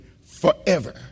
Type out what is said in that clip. forever